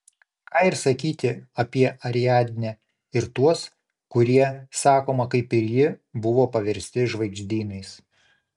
ką ir sakyti apie ariadnę ir tuos kurie sakoma kaip ir ji buvo paversti žvaigždynais